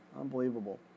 unbelievable